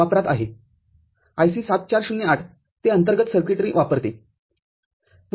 IC ७४०८ ते अंतर्गत circuitry वापरते